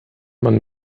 man